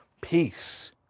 peace